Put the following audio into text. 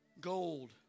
Gold